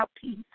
peace